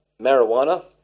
marijuana